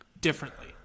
differently